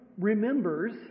remembers